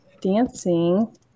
dancing